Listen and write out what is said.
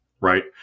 right